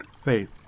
faith